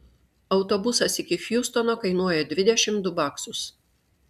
autobusas iki hjustono kainuoja dvidešimt du baksus